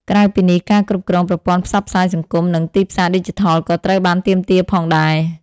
ក្រៅពីនេះ ការគ្រប់គ្រងប្រព័ន្ធផ្សព្វផ្សាយសង្គម និងទីផ្សារឌីជីថល ក៏ត្រូវបានទាមទារផងដែរ។